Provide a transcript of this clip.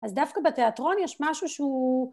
אז דווקא בתיאטרון יש משהו שהוא...